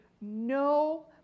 no